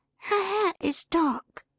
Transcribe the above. her hair is dark,